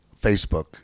facebook